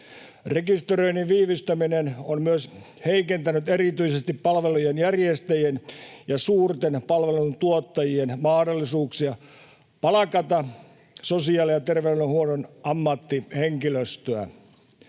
Rekisteröinnin viivästäminen on myös heikentänyt erityisesti palvelujen järjestäjien ja suurten palveluntuottajien mahdollisuuksia palkata sosiaali- ja terveydenhuollon ammattihenkilöstöä